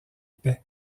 paix